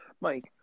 Mike